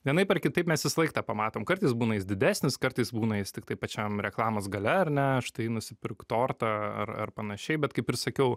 vienaip ar kitaip mes visąlaik tą pamatom kartais būna jis didesnis kartais būna jis tiktai pačiam reklamos gale ar ne štai nusipirk tortą ar ar panašiai bet kaip ir sakiau